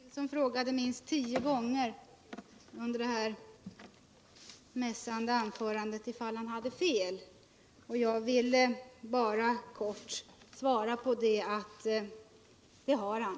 Herr talman! Tore Nilsson frågade minst tio gånger under det här mässande anförandet om han hade fel. Jag vill bara kort svara: Det har han!